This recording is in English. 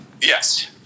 Yes